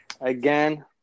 Again